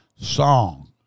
song